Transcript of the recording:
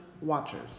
watchers